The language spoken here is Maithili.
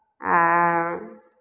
आ